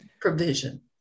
provision